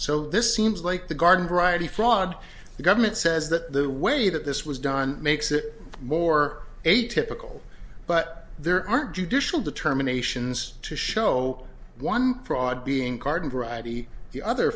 so this seems like the garden variety fraud the government says that the way that this was done makes it more atypical but there are judicial determinations to show one fraud being garden variety the other